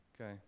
Okay